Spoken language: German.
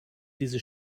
diese